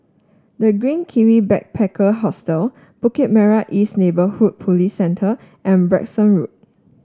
The Green Kiwi Backpacker Hostel Bukit Merah East Neighbourhood Police Centre and Branksome Road